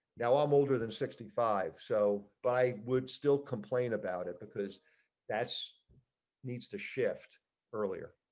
now i'm older than sixty five, so by would still complain about it because that's needs to shift earlier.